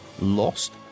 Lost